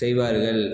செய்வார்கள்